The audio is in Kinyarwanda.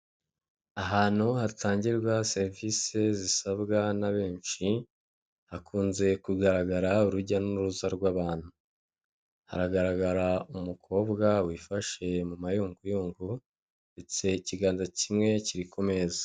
Ahantu hatangirwa serivisi zisabwa na benshi, hakunze kugaragara urujya n'uruza rw'abantu. Haragaragara umukobwa wifashe mu mayunguyungu, ndetse ikiganza kimwe kiri ku meza.